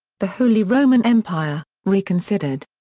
the holy roman empire, reconsidered.